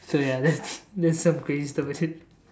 so ya that's that's some crazy stuff I did